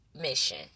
mission